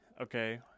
okay